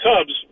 Cubs